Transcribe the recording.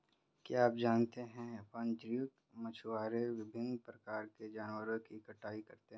क्या आप जानते है वाणिज्यिक मछुआरे विभिन्न प्रकार के जानवरों की कटाई करते हैं?